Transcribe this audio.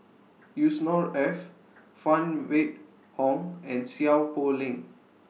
Yusnor Ef Phan Wait Hong and Seow Poh Leng